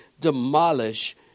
demolish